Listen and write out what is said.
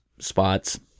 Spots